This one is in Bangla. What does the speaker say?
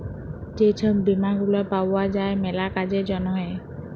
যে ছব বীমা গুলা পাউয়া যায় ম্যালা কাজের জ্যনহে